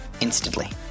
instantly